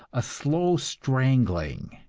a slow strangling.